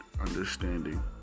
understanding